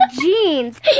jeans